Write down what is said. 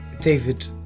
David